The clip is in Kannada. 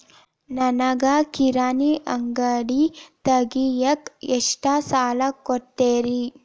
ನನಗ ಕಿರಾಣಿ ಅಂಗಡಿ ತಗಿಯಾಕ್ ಎಷ್ಟ ಸಾಲ ಕೊಡ್ತೇರಿ?